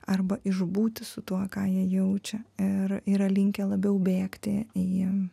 arba išbūti su tuo ką jie jaučia ir yra linkę labiau bėgti į